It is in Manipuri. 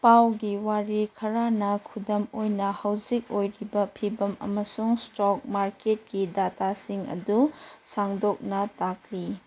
ꯄꯥꯎꯒꯤ ꯋꯥꯔꯤ ꯈꯔꯅ ꯈꯨꯗꯝ ꯑꯣꯏꯅ ꯍꯧꯖꯤꯛ ꯑꯣꯏꯔꯤꯕ ꯐꯤꯚꯝ ꯑꯃꯁꯨꯡ ꯏꯁꯇꯣꯛ ꯃꯥꯔꯀꯦꯠꯀꯤ ꯗꯇꯥꯁꯤꯡ ꯑꯗꯨ ꯁꯥꯡꯗꯣꯛꯅ ꯇꯥꯛꯂꯤ